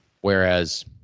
Whereas